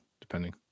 depending